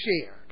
share